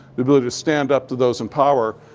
the ability to stand up to those in power,